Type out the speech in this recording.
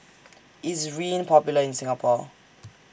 IS Rene Popular in Singapore